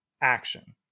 action